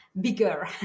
bigger